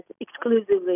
exclusively